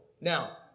Now